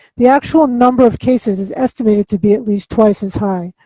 the actual number of cases is estimated to be at least twice as high.